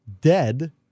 dead